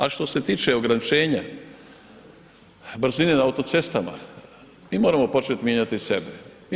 A što se tiče ograničenja, brzine na autocestama, mi moramo početi mijenjati sebe.